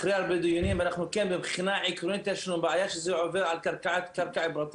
אחרי הרבה דיונים יש לנו בעיה עקרונית שזה עובר על קרקע פרטית,